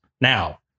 now